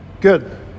Good